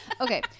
okay